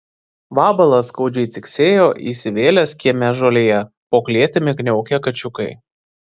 vabalas skaudžiai ciksėjo įsivėlęs kieme žolėje po klėtimi kniaukė kačiukai